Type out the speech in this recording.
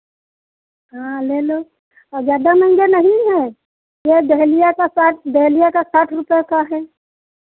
हाँ ले लो और ज़्यादा महंगा नहीं हैं ये डहेलिया का साठ डहेलिया का साठ रुपये का है